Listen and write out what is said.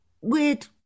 weird